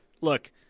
look